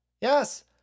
Yes